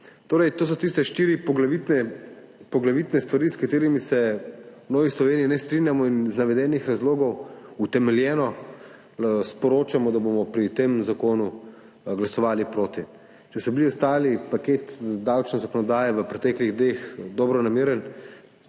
Torej, to so tiste štiri poglavitne stvari, s katerimi se v Novi Sloveniji ne strinjamo in iz navedenih razlogov utemeljeno sporočamo, da bomo pri tem zakonu glasovali proti. Če so bili v paketu davčne zakonodaje v preteklih dneh ostali dobronamerni